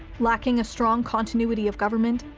lacking a strong continuity of government,